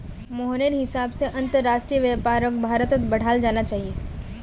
मोहनेर हिसाब से अंतरराष्ट्रीय व्यापारक भारत्त बढ़ाल जाना चाहिए